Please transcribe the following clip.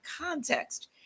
context